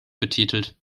betitelt